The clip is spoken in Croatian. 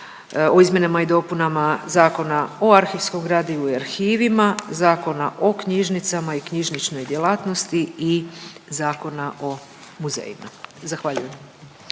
o izmjenama i dopunama Zakona o arhivskom gradivu i arhivima, Zakona o knjižnicama i knjižničnoj djelatnosti i Zakona o muzejima. Zahvaljujem.